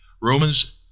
Romans